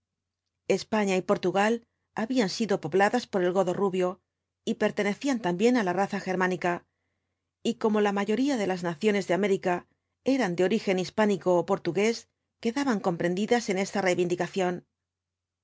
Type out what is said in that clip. españa y portugal habían sido pobladas por el godo rubio y pertenecían también á la raza germánica y como la mayoría de las naciones de américa eran de origen hispánico ó portugués quedaban comprendidas en esta reivindicación